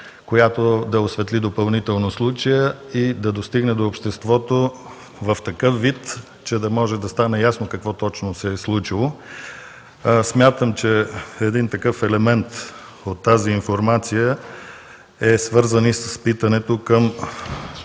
която да обсъди допълнително случая и да достигне до обществото в такъв вид, че да може да стане ясно какво точно се е случило. Смятам, че такъв елемент от тази информация е свързан и с питането до